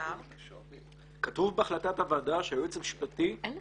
שנמסר --- כתוב בהחלטת הוועדה שהיועץ המשפטי --- מי